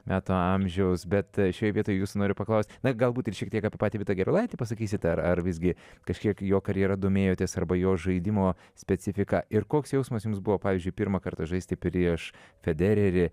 metų amžiaus bet šioje vietoj jūsų noriu paklausti na galbūt ir šiek tiek ir apie patį vytą gerulaitį pasakysit ar ar visgi kažkiek jo karjera domėjotės arba jo žaidimo specifiką ir koks jausmas jums buvo pavyzdžiui pirmą kartą žaisti prieš federerį